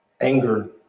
anger